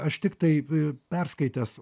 aš tiktai perskaitęs